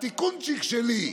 התיקונצ'יק שלי.